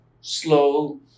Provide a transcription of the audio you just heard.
slow